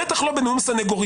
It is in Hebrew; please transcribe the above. בטח לא בנאום סנגוריאלי.